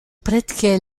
pratiquaient